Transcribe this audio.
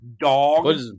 dog